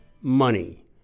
money